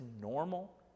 normal